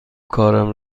کارم